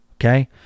okay